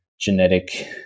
genetic